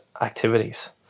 activities